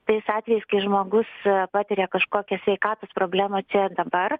tais atvejais kai žmogus patiria kažkokią sveikatos problemą čia ir dabar